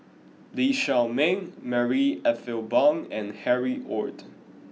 Lee Shao Meng Marie Ethel Bong and Harry Ord